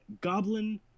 goblin